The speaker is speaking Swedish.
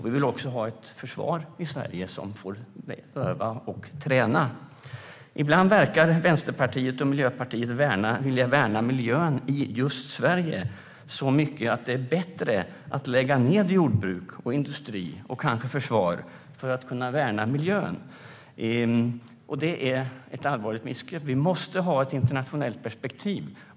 Vi vill också ha ett försvar i Sverige som får öva och träna. Ibland verkar Vänsterpartiet och Miljöpartiet vilja värna miljön i just Sverige så mycket att det är bättre att lägga ned jordbruk och industri, och kanske försvar, för att kunna värna miljön. Det är ett allvarligt missgrepp. Vi måste ha ett internationellt perspektiv.